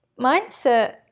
mindset